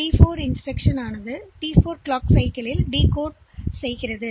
எனவே டி 4 நேரத்தில் instruction decode செய்யப்படுகிறது